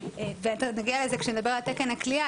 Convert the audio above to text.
נגיע לזה כשנגיע לתקן הכליאה,